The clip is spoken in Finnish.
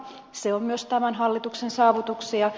se on myös tämän hallituksen saavutuksia